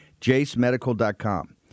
JaceMedical.com